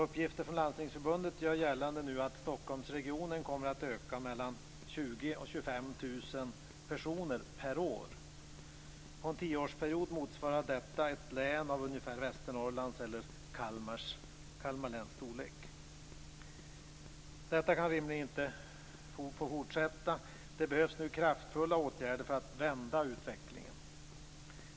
Uppgifter från Landstingsförbundet gör nu gällande att Stockholmsregionen kommer att öka med 20 000-25 000 personer per år. På en tioårsperiod motsvarar detta ett län av ungefär Västernorrlands eller Kalmar läns storlek. Detta kan rimligen inte få fortsätta. Det behövs nu kraftfulla åtgärder för att vända utvecklingen.